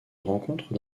rencontre